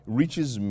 reaches